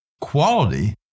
Quality